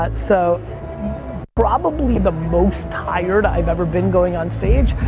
but so probably the most tired i've ever been going onstage,